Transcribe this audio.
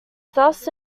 thus